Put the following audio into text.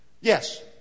Yes